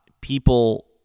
People